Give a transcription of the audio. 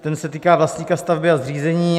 Ten se týká vlastníka stavby a zřízení.